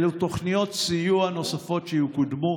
5. אילו תוכניות סיוע נוספת יקודמו?